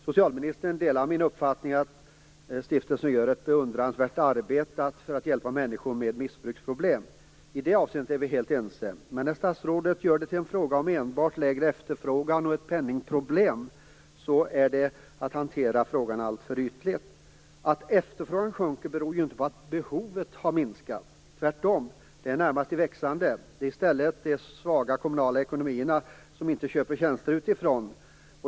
Socialministern delar min uppfattning om att LP stiftelsen gör "ett beundransvärt arbete för att hjälpa människor med missbruksproblem". I det avseendet är vi helt ense. Men när statsrådet gör det till en fråga om enbart lägre efterfrågan och penningproblem är det att hantera frågan alltför ytligt. Att efterfrågan sjunker beror ju inte på att behovet har minskat. Tvärtom är det närmast i växande. Det är i stället de svaga kommunala ekonomierna som gör att man inte köper tjänster utifrån.